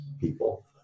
people